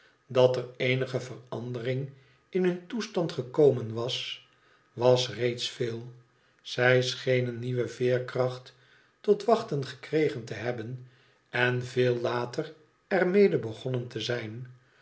dat er eenige verandering in hun toestand gekomen was was reeds veel zij schenen nieuwe veerkracht tot wachten gekregen te hebben en veel later er mede begonnen te zijn